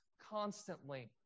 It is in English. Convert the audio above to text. constantly